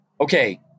okay